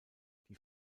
die